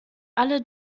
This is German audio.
alle